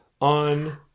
on